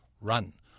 run